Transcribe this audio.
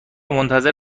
منتظر